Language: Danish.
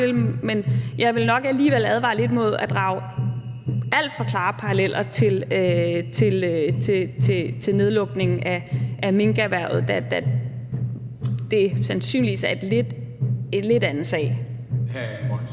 men jeg vil nok alligevel advare lidt imod at drage alt for klare paralleller til nedlukningen af minkerhvervet, da det sandsynligvis er en lidt anden sag. Kl.